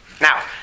Now